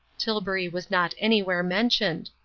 tilbury was not anywhere mentioned.